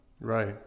Right